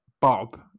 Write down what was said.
Bob